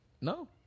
No